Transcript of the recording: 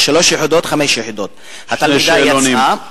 יש שלוש יחידות, חמש יחידות, שני שאלונים.